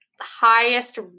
highest